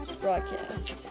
Broadcast